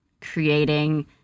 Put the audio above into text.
creating